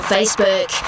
Facebook